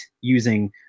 using